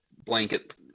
blanket